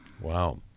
Wow